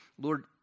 Lord